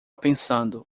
pensando